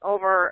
Over